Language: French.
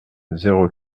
zéro